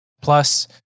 Plus